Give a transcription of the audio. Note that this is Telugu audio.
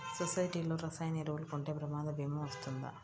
సొసైటీలో రసాయన ఎరువులు కొంటే ప్రమాద భీమా వస్తుందా?